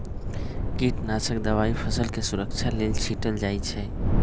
कीटनाशक दवाई फसलके सुरक्षा लेल छीटल जाइ छै